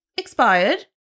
expired